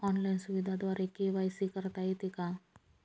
Online सुविधेद्वारे KYC करता येते का?